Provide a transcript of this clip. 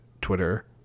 Twitter